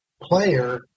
player